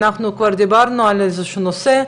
אנחנו כבר דיברנו על איזה שהוא נושא,